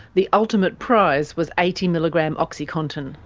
the ultimate prize was eighty milligram oxycontin.